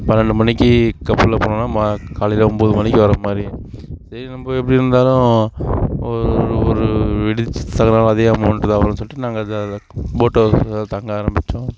பன்னெண்டு மணிக்கு கப்பல்ல போனால் மா காலையில் ஒம்பது மணிக்கு வர்ற மாதிரி சேரி நம்ப எப்டி இருந்தாலும் ஒரு ஒரு ஒரு அதே அமௌண்ட் தான் வரும்னு சொல்லிட்டு நாங்கள் அதை அதை போட் ஹவுஸ்ல தங்க ஆரம்பித்தோம்